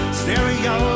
stereo